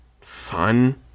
Fun